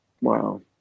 Wow